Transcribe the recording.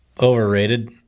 Overrated